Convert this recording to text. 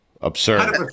Absurd